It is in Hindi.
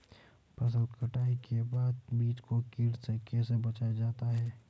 फसल कटाई के बाद बीज को कीट से कैसे बचाया जाता है?